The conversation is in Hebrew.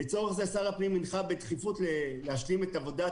לצורך זה שר הפנים הנחה בדחיפות להשלים את עבודת